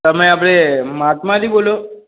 તમે આપણે માટૅમાંથી બોલો